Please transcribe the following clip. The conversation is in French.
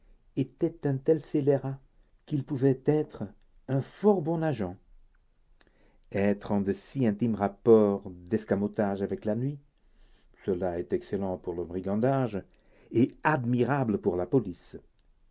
était un tel scélérat qu'il pouvait être un fort bon agent être en de si intimes rapports d'escamotage avec la nuit cela est excellent pour le brigandage et admirable pour la police